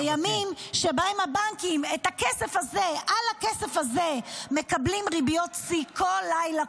-- בימים שבהם הבנקים מקבלים על הכסף הזה ריביות שיא כל לילה,